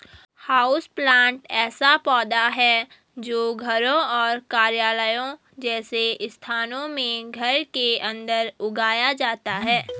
houseplant ऐसा पौधा है जो घरों और कार्यालयों जैसे स्थानों में घर के अंदर उगाया जाता है